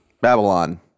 Babylon